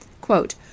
Quote